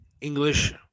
English